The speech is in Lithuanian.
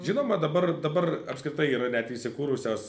žinoma dabar dabar apskritai yra net įsikūrusios